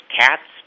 cats